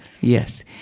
Yes